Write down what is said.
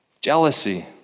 Jealousy